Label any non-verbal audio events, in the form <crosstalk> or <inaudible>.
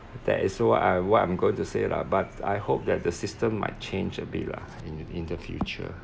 that is what I what I'm going to say lah but I hope that the system might change a bit lah in in the future <noise>